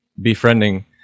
befriending